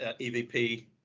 EVP